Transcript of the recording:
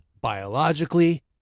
biologically